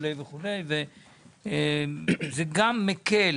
זה גם מקל